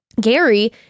Gary